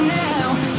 now